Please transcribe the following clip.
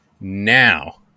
Now